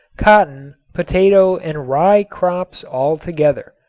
cotton, potato and rye crops all together.